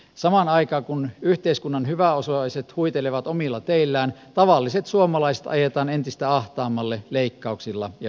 samaan aikaan kun yhteiskunnan hyväosaiset huitelevat omilla teillään tavalliset suomalaiset ajetaan entistä ahtaammalle leikkauksilla ja veronkorotuksilla